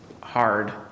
hard